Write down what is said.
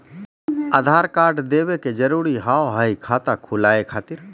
आधार कार्ड देवे के जरूरी हाव हई खाता खुलाए खातिर?